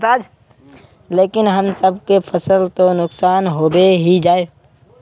लेकिन हम सब के फ़सल तो नुकसान होबे ही जाय?